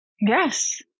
Yes